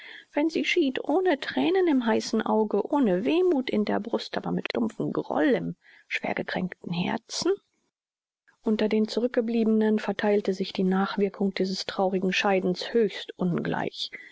wenn sie schied ohne thränen im heißen auge ohne wehmuth in der brust aber mit dumpfem groll im schwergekränkten herzen unter den zurückbleibenden vertheilte sich die nachwirkung dieses traurigen scheidens höchst ungleich